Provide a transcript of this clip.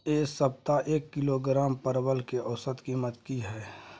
ऐ सप्ताह एक किलोग्राम परवल के औसत कीमत कि हय?